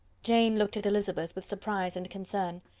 jane looked at elizabeth with surprise and concern.